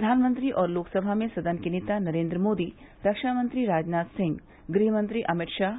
प्रधानमंत्री और लोकसभा में सदन के नेता नरेन्द्र मोदी रक्षामंत्री राजनाथ सिंह गृहमंत्री अमित शाह